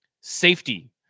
Safety